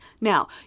Now